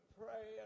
pray